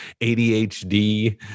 adhd